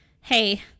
hey